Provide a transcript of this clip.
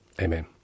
Amen